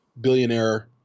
billionaire